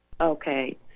Okay